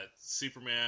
Superman